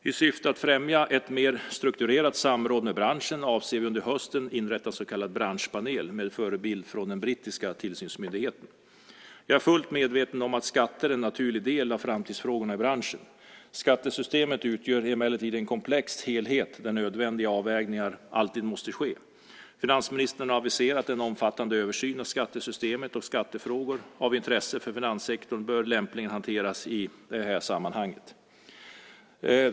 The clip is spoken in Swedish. I syfte att främja ett mer strukturerat samråd med branschen avser vi att under hösten inrätta en så kallad branschpanel med förebild från den brittiska tillsynsmyndigheten. Jag är fullt medveten om att skatter är en naturlig del av framtidsfrågorna i branschen. Skattesystemet utgör emellertid en komplex helhet där nödvändiga avvägningar alltid måste ske. Finansministern har aviserat en omfattande översyn av skattesystemet, och skattefrågor av intresse för finanssektorn bör lämpligen hanteras i det sammanhanget.